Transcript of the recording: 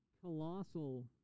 colossal